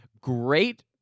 Great